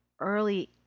early